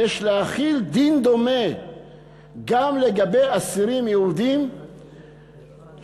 יש להחיל דין דומה גם לגבי אסירים יהודים שעברו